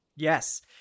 Yes